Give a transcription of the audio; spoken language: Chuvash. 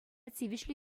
тивӗҫлӗ